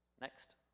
Next